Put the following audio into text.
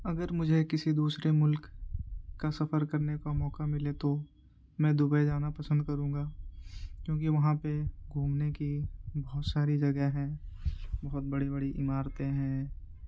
اگر مجھے کسی دوسرے ملک کا سفر کرنے کا موقع ملے تو میں دبئی جانا پسند کروں گا کیونکہ وہاں پہ گھومنے کی بہت ساری جگہ ہیں بہت بڑی بڑی عمارتیں ہیں